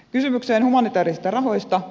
kysymykseen humanitäärisistä rahoista